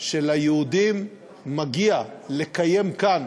שליהודים מגיע לקיים כאן